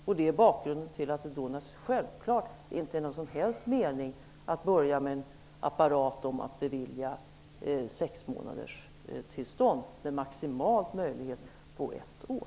Detta är bakgrunden till att det självklart inte är någon som helst mening med att sätta i gång en apparat om att bevilja sexmånaderstillstånd med maximalt tillstånd på ett år.